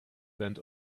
bent